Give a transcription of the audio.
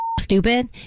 stupid